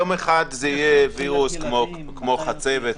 יום אחד זה יהיה וירוס כמו חצבת,